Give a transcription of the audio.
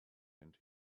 and